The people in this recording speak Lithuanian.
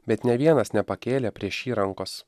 bet nė vienas nepakėlė prieš jį rankos